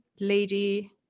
lady